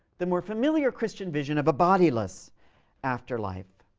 the more familiar christian vision, of a bodiless afterlife.